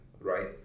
right